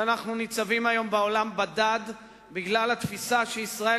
אנחנו ניצבים היום בדד בעולם בגלל התפיסה שישראל,